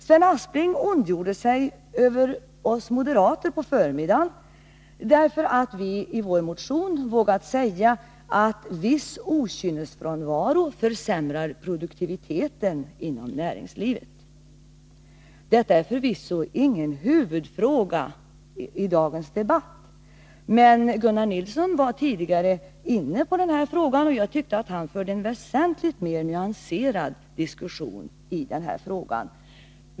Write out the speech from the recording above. Sven Aspling ondgjorde sig över oss moderater därför att vi i vår motion har vågat säga att viss okynnesfrånvaro försämrar produktiviteten inom näringslivet. Detta är förvisso ingen huvudfråga i dagens debatt. Gunnar Nilsson var emellertid också inne på den, och jag tyckte att han förde en väsentligt mer nyanserad diskussion.